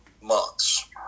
months